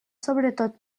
sobretot